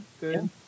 good